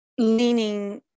Leaning